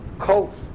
cults